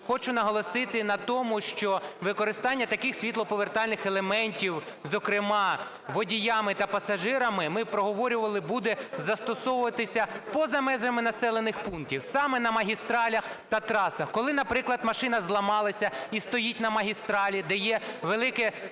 хочу наголосити на тому, що використання таких світлоповертальних елементів, зокрема водіями та пасажирами, ми проговорювали, буде застосовуватися поза межами населених пунктів, саме на магістралях та трасах, коли, наприклад, машина зламалася і стоїть на магістралі, де є велике